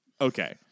Okay